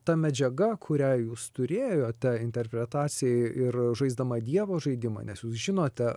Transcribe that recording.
ta medžiaga kurią jūs turėjote interpretacijai ir žaisdama dievo žaidimą nes jūs žinote